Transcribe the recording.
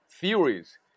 Theories